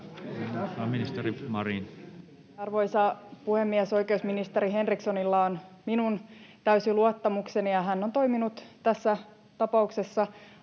Arvoisa puhemies! Oikeusministeri Henrikssonilla on minun täysi luottamukseni, ja hän on toiminut tässä tapauksessa